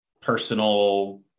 personal